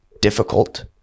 difficult